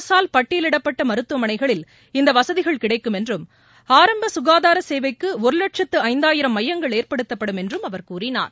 அரசால் பட்டியலிடப்பட்ட மருத்துவமனைகளில் இந்த வசதிகள் கிடைக்கும் என்றும் ஆரம்ப சுகாதார சேவைக்கு ஒரு லட்சத்து ஐந்தாயிரம் மையங்கள் ஏற்படுத்தப்படும் என்றும் அவர் கூறினார்